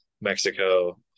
Mexico